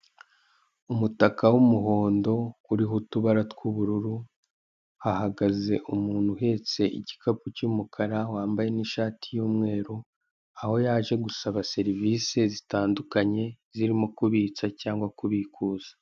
Umutaka w'umuhondo uriho utubara tw'ubururu, hahagaze umuntu uhetse igikapu cy'umukara wambaye n'ishati y'umweru, aho yaje gusaba serivisi zitandukanye zirimo kubitsa cyangwa kubikuza.